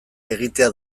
egitea